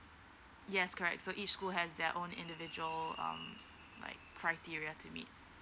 yes correct so each school has their own individual um like criteria to meet